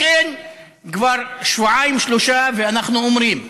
לכן כבר שבועיים-שלושה אנחנו אומרים: